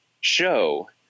show